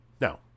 Now